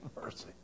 Mercy